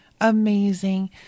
Amazing